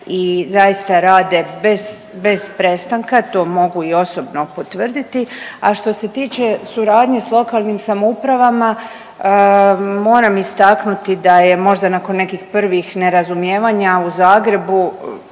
i zaista rade bez, bez prestanka. To mogu i osobno potvrditi. A što se tiče suradnje s lokalnim samoupravama … moram istaknuti da je možda nakon nekih prvih nerazumijevanja u Zagrebu,